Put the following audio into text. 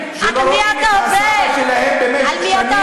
כפי שאומר החוק הבין-לאומי,